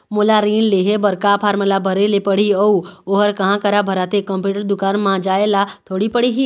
मोला ऋण लेहे बर का फार्म ला भरे ले पड़ही अऊ ओहर कहा करा भराथे, कंप्यूटर दुकान मा जाए ला थोड़ी पड़ही?